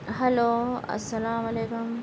hello السلام علیکم